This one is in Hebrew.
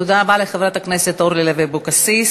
תודה רבה לחברת הכנסת אורלי לוי אבקסיס.